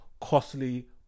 costly